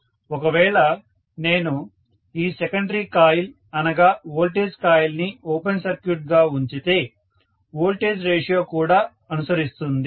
ఒకవేళ నేను ఈ సెకండరీ కాయిల్ అనగా వోల్టేజ్ కాయిల్ ని ఓపెన్ సర్క్యూట్ గా ఉంచితే వోల్టేజ్ రేషియో కూడా అనుసరిస్తుంది